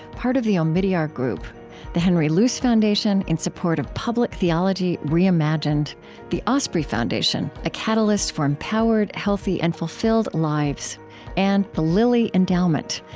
part of the omidyar group the henry luce foundation, in support of public theology reimagined the osprey foundation, a catalyst for empowered, healthy, and fulfilled lives and the lilly endowment,